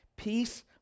Peace